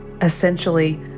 Essentially